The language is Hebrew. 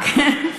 זה שב"כ, כן.